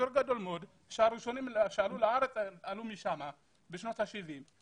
אזור גדול מאוד שהראשונים שעלו לארץ בשנות ה-70 עלו משם.